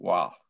Wow